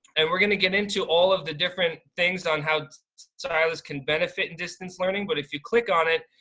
and we're gonna get into all of the different things on how silas can benefit and distance learning but if you click on it,